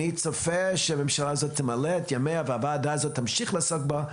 אני צופה שהממשלה הזאת תמלא את ימיה והוועדה הזאת תמשיך לעסוק בו,